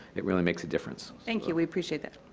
it really makes a difference. thank you, we appreciate that.